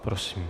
Prosím.